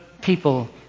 people